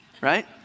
right